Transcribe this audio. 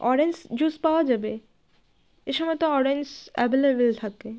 orange juice পাওয়া যাবে এই সময় তো অরেঞ্জ অ্যাভেলেবেল থাকে